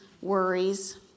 worries